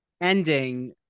ending